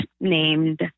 named